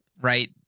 right